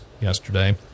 yesterday